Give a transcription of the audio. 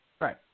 Right